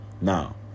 Now